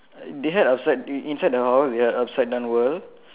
they had outside in~ inside the house they had upside down world